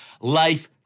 life